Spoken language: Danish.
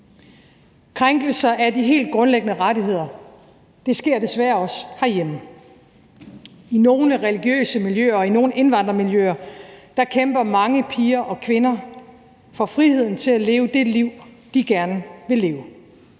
Krænkelser af de helt grundlæggende rettigheder sker desværre også herhjemme. I nogle religiøse miljøer og i nogle indvandrermiljøer kæmper mange piger og kvinder for friheden til at leve det liv, de gerne vil leve.